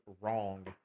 wrong